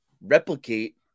replicate